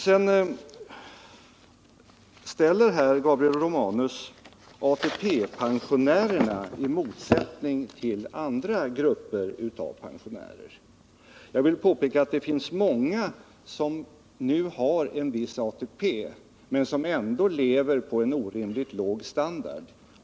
Sedan ställde Gabriel Romanus ATP-pensionärerna i motsats till andra grupper av pensionärer. Jag vill emellertid påpeka att det finns många som nu har en viss ATP, men som ändå har en orimligt låg standard.